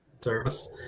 service